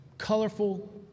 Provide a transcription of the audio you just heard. Colorful